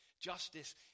justice